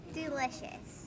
delicious